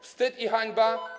Wstyd i hańba.